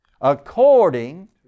According